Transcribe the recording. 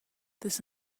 this